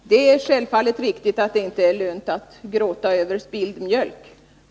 Herr talman! Det är självfallet riktigt att det inte är lönt att gråta över spilld mjölk.